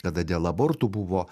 kada dėl abortų buvo